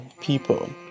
people